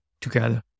together